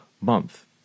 month